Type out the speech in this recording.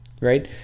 right